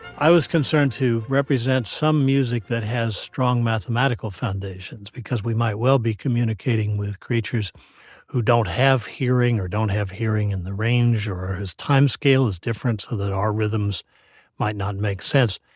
i was concerned to represent some music that has strong mathematical foundations because we might well be communicating with creatures who don't have hearing or don't have hearing in the range or whose timescale is different so that our rhythms might not make sense.